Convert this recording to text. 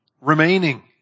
remaining